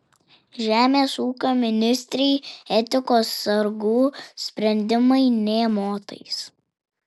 žemės ūkio ministrei etikos sargų sprendimai nė motais